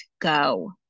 go